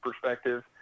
perspective